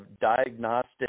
diagnostic